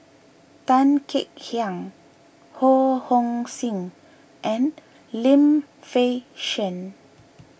Tan Kek Hiang Ho Hong Sing and Lim Fei Shen